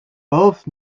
both